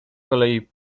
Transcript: kolei